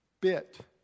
bit